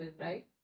right